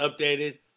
updated